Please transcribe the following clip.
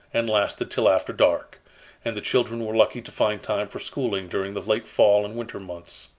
and lasted till after dark and the children were lucky to find time for schooling during the late fall and winter months.